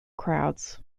crowds